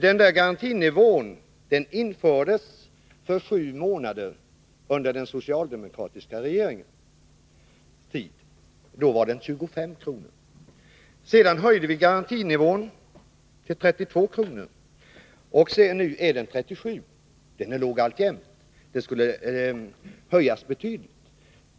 Den nivån infördes för sju månader under den socialdemokratiska regeringens tid. Då var den 25 kr. Sedan höjdes garantinivån till 32 kr., och nu är den 37 kr. Den är låg alltjämt. Den borde höjas betydligt.